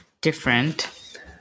different